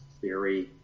theory